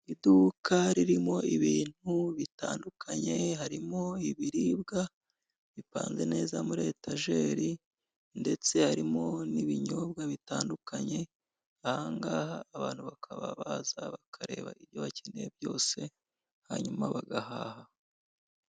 Iduka ririmo ibintu bitandukanye, harimo ibiribwa bipanze neza muri etajeri, ndetse harimo n'ibinyobwa bitandukanye, ahangaha abantu bakaba baza bakareba ibyo bakeneye byose hanyuma bagahaha.